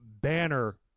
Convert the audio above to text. Banner